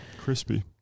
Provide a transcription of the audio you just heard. Crispy